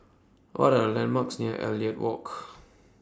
What Are The landmarks near Elliot Walk